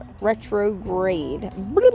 Retrograde